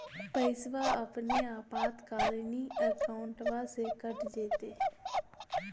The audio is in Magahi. पैस्वा अपने आपातकालीन अकाउंटबा से कट जयते?